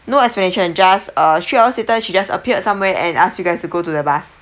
no explanation just uh three hours later she just appeared somewhere and ask you guys to go to the bus